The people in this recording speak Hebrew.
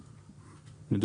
היושב-ראש,